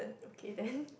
okay then